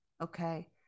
okay